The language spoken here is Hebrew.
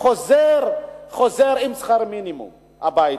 חוזר עם שכר מינימום הביתה?